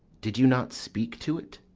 did you not speak to it?